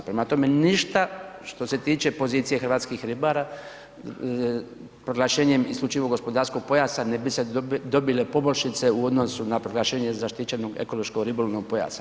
Prema tome, ništa što se tiče pozicije hrvatskih ribara proglašenjem isključivog gospodarskog pojasa ne bi li se dobile poboljšice u odnosu na proglašenje zaštićenog ekološko-ribolovnog pojasa.